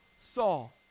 saul